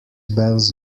bells